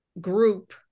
group